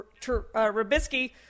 Rabisky